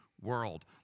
world